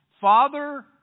Father